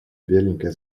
беленькая